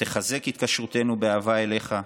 ותחזק התקשרותנו באהבה אליך,